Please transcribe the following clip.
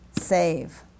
save